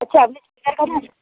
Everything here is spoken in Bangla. আচ্ছা আপনি চুড়িদার কাটান